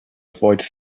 avoid